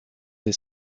des